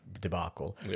debacle